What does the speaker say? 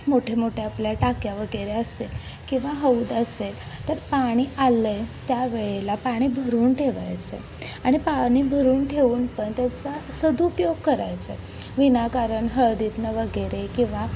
मोठेमोठे आपल्या टाक्या वगैरे असेल किंवा हौद असेल तर पाणी आलं आहे त्या वेळेला पाणी भरून ठेवायचं आणि पाणी भरून ठेवून पण त्याचा सदुपयोग करायचा आहे विनाकारण हळदीतनं वगैरे किंवा